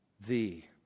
Thee